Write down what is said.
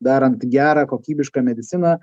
darant gerą kokybišką mediciną